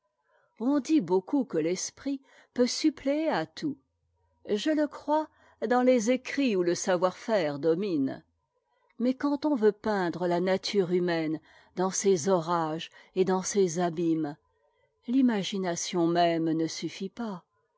on dit beaucoup que l'esprit peut suppléer à tout je le crois dans les écrits où le savoir-faire domine mais quand on veut peindre la nature humaine dans ses orages et dans ses abîmes l'imagination même ne suffit pas